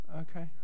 Okay